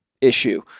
issue